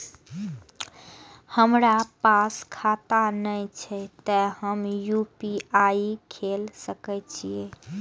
हमरा पास खाता ने छे ते हम यू.पी.आई खोल सके छिए?